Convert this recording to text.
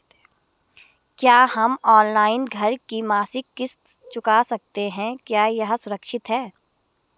क्या हम ऑनलाइन घर की मासिक किश्त चुका सकते हैं क्या यह सुरक्षित है?